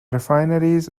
refineries